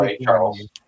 Charles